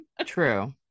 True